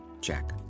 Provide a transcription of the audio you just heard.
Jack